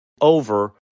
over